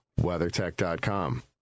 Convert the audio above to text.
WeatherTech.com